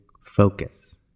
focus